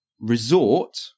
Resort